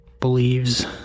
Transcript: Believes